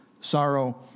sorrow